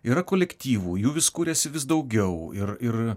yra kolektyvų jų vis kuriasi vis daugiau ir ir